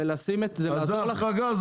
דרך אגב,